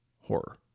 horror